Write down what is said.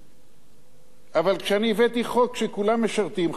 אבל כשאני הבאתי חוק שכולם משרתים,